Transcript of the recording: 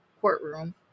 courtroom